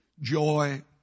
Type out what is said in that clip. Joy